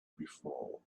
before